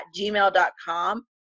gmail.com